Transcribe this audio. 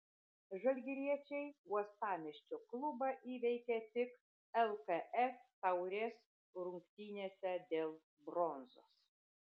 žalgiriečiai uostamiesčio klubą įveikė tik lkf taurės rungtynėse dėl bronzos